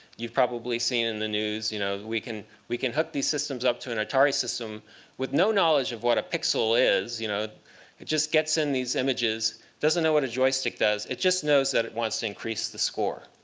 you've probably seen in the news, you know we can we can hurt these systems up to an atari system with no knowledge of what a pixel is. you know it just gets in these images. doesn't know what a joystick does, it just knows that it wants to increase the score.